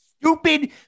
stupid